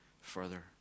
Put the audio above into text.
further